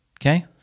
Okay